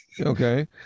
Okay